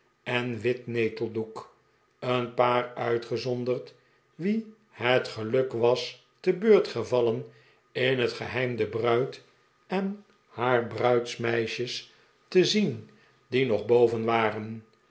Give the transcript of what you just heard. en in wit neteldoek een paar uitgezonderd wien het geluk was te beurt gevallen in het geheim de bruid en haar bruidsmeisjes te zien die nog boven waren